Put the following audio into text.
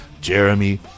Jeremy